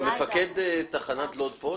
מפקד תחנת לוד כאן?